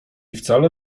wcale